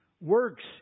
works